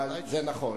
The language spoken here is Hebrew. זה נכון.